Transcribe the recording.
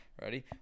Ready